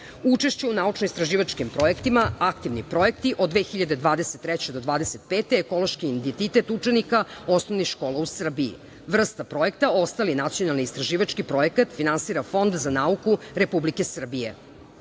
u naučno-istraživačkim projektima: aktivni projekti, od 2023. do 2025. godine – Ekološki identitet učenika osnovnih škola u Srbiji. Vrsta projekta – ostali nacionalni istraživački projekat, finansira Fond za nauku Republike